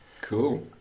Cool